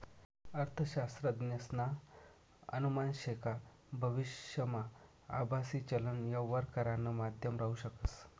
अर्थशास्त्रज्ञसना अनुमान शे का भविष्यमा आभासी चलन यवहार करानं माध्यम राहू शकस